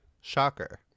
shocker